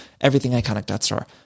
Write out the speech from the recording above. everythingiconic.store